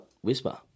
whisper